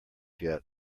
yet